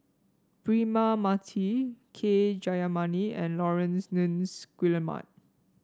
Braema Mathi K Jayamani and Laurence Nunns Guillemard